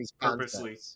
purposely